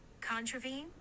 Contravene